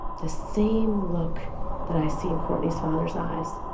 the same look that i see in courtney's father's eyes,